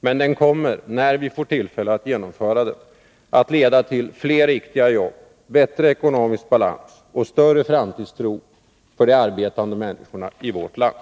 Men den kommer, när vi får tillfälle att genomföra den, att leda till fler riktiga jobb, bättre ekonomisk balans och större framtidstro för de arbetande människorna i vårt land.